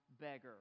beggar